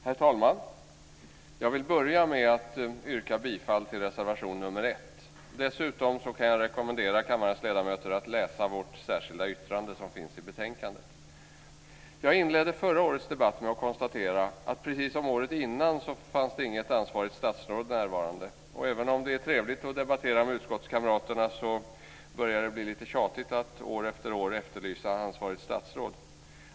Herr talman! Jag vill börja med att yrka bifall till reservation nr 1. Dessutom kan jag rekommendera kammarens ledamöter att läsa vårt särskilda yttrande som finns fogat till betänkandet. Jag inledde förra årets debatt med att konstatera att precis som året innan fanns det inget ansvarigt statsråd närvarande. Även om det är trevligt att debattera med utskottskamraterna börjar det att bli lite tjatigt att år efter år efterlysa ansvarigt statsråd.